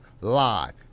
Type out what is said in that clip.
Live